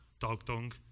Dog-dung